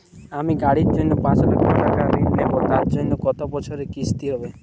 আমি গাড়ির জন্য পাঁচ লক্ষ টাকা ঋণ নেবো তার জন্য কতো বছরের কিস্তি হবে?